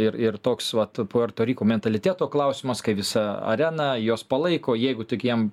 ir ir toks vat puerto riko mentaliteto klausimas kai visa arena juos palaiko jeigu tik jiem